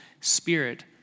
spirit